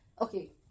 Okay